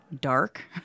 dark